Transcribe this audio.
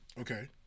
Okay